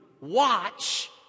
watch